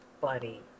Buddy